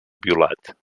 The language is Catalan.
violat